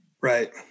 Right